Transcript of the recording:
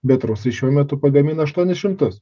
bet rusai šiuo metu pagamina aštuonis šimtus